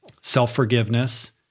self-forgiveness